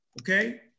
Okay